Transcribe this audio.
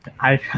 I-